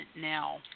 now